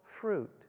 fruit